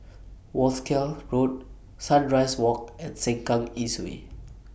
Wolskel Road Sunrise Walk and Sengkang East Way